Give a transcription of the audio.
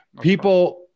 people